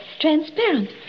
Transparent